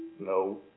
No